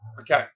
Okay